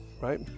right